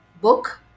book